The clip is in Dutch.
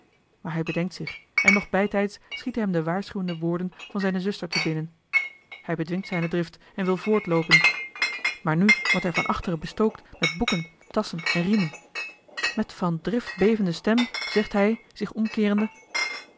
maar hij bedenkt zich en nog bijtijds schieten hem de waarschuwende woorden van zijne zuster te binnen hij bedwingt zijne drift en wil voortloopen maar nu wordt hij van achteren bestookt met boeken tasschen en riemen met van drift bevende stem zegt hij zich omkeerende